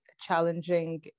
challenging